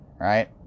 right